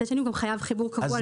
מצד שני הוא חייב חיבור קבוע לתשתיות.